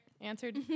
Answered